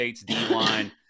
d-line